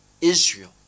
israel